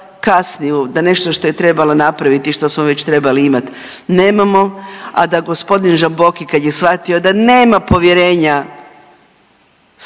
kasni da nešto što je trebala napraviti i što smo već trebali imati nemamo, a da gospodin Žamboki kad je shvatio da nema povjerenja